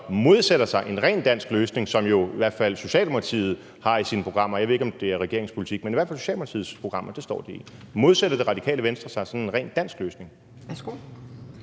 modsætter sig en rent dansk løsning, som jo i hvert fald Socialdemokratiet har i sine programmer; jeg ved ikke, om det er regeringens politik, men det står i hvert fald i Socialdemokratiets programmer. Modsætter Radikale Venstre sig sådan en rent dansk løsning?